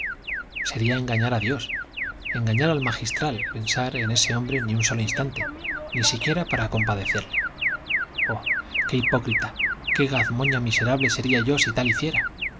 sería engañar a dios engañar al magistral pensar en ese hombre ni un solo instante ni siquiera para compadecerle oh qué hipócrita qué gazmoña miserable sería yo si tal hiciera